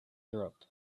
europe